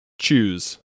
Choose